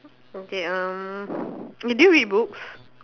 okay um eh do you read books